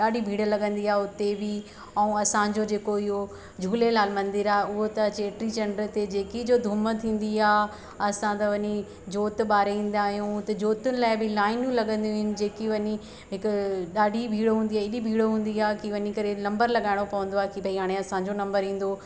ॾाढी भीड़ लगंदी हुते बि ऐं असांजो जेको इहो झूलेलाल मंदिर आहे उह त चेटी चंड ते जेकी जो धूम थींदी आहे असां त वञी जोत बारे ईंदा आहियूं हुते ज्योतुनि लाइ बि लाइनूं लगंदियूं आहिनि जेकियूं वञी हिक ॾाढी भीड़ हूंदी आहे एॾी भीड़ हूंदी आहे की वञी करे नंबर लगाइणो पवंदो आहे की भई हाणे असांजो नंबर ईंदो